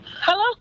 Hello